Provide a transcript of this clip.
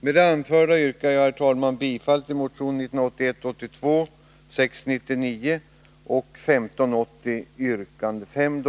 Med det anförda yrkar jag, herr talman, bifall till motionerna 1981/82:699 och 1580 yrkande 5.